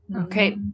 Okay